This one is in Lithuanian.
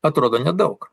atrodo nedaug